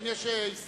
האם יש הסתייגויות?